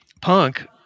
punk